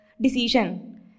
decision